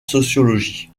sociologie